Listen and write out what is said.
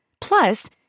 Plus